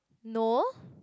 no